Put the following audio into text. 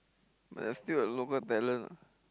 I feel that local talent